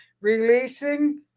releasing